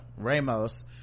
ramos